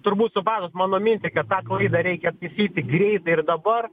turbūt supratot mano mintį kad tą klaidą reikia taisyti greitai ir dabar